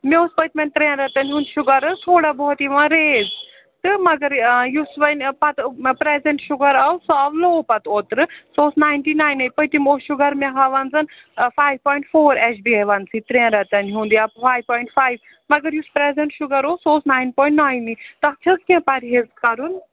مےٚ اوس پٔتمٮ۪ن ترٛٮ۪ن رٮ۪تَن ہُنٛد شُگر حظ تھوڑا بہت یِوان ریز تہٕ مگر آ یُس وۅنۍ پَتہٕ پرٮ۪زنٛٹ شُگر آو سُہ آو لوٚو پَتہٕ اوترٕ سُہ اوس نایِنٹی ناینَے پٔتِم اوس شُگر مےٚ ہاو زن five point four H B A one C ترٛٮ۪ن رٮ۪تن ہُنٛد یا فایو پوایِنٛٹ فاِیو مگر یُس پرٮ۪زٮ۪نٛٹ شُگر اوس سُہ نایِن پوایِنٛٹ ناینٕے تَتھ چھ حظ کیٚنٛہہ پرہیز کَرُن